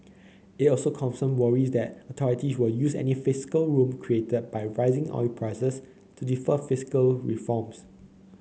it also confirms worries that authorities will use any fiscal room created by rising oil prices to defer fiscal reforms